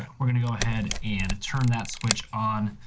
ah we're going to go ahead and turn that switch on.